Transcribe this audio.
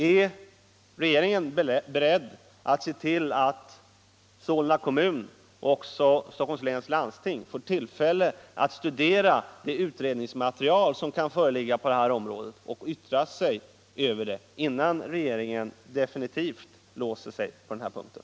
Är regeringen beredd att se till att Solna kommun och även Stockholms läns landsting får tillfälle att studera det utredningsmaterial som kan föreligga på detta område och yttra sig över det innan regeringen definitivt låser sig på den här punkten?